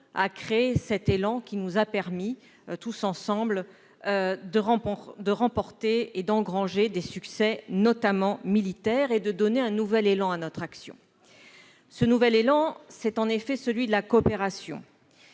Cela nous a permis, tous ensemble, d'engranger des succès, notamment militaires, et de donner un nouvel élan à notre action. Ce nouvel élan, c'est celui de la coopération.